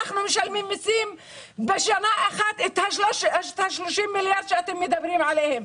אנחנו בשנה אחת משלמים במיסים את ה-30 מיליארד שאתם מדברים עליהם.